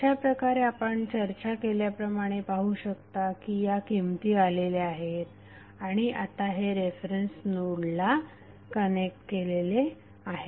अशाप्रकारे आपण चर्चा केल्याप्रमाणे पाहू शकता की या किमती आलेल्या आहेत आणि आता हे रेफरन्स नोडला कनेक्ट केलेले आहेत